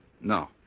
No